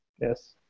yes